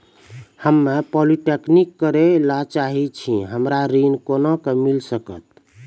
हम्मे पॉलीटेक्निक करे ला चाहे छी हमरा ऋण कोना के मिल सकत?